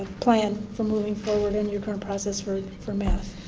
plan for moving forward in your current process for for math.